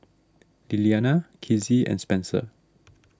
Lilliana Kizzie and Spencer